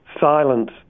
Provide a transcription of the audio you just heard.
silence